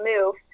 move